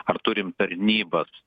ar turim tarnybas